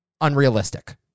unrealistic